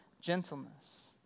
gentleness